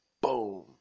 Boom